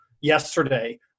yesterday